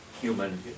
human